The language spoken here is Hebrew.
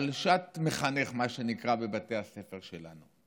בשעת מחנך, מה שנקרא בבתי הספר שלנו.